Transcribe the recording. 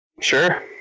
Sure